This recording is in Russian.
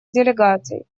делегаций